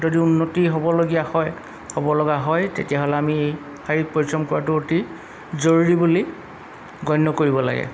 যদি উন্নতি হ'বলগীয়া হয় হ'বলগা হয় তেতিয়াহ'লে আমি শাৰীৰিক পৰিশ্ৰম কৰাটো অতি জৰুৰী বুলি গণ্য কৰিব লাগে